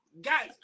Guys